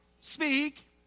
Speak